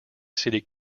city